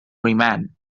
remand